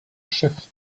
chefs